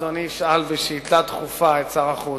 אדוני ישאל בשאילתא דחופה את שר החוץ.